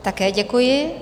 Také děkuji.